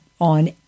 on